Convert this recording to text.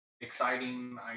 exciting